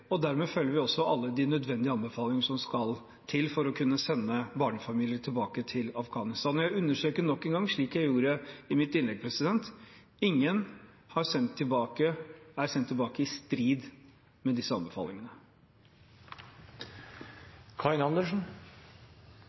og dermed følger vi også alle de nødvendige anbefalinger som skal til for å kunne sende barnefamilier tilbake til Afghanistan. Jeg understreker nok en gang, slik jeg gjorde i mitt innlegg, at ingen er sendt tilbake i strid med disse anbefalingene.